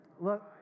Look